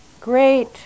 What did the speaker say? great